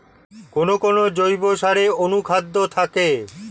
কোন কোন জৈব সারে অনুখাদ্য থাকে?